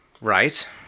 right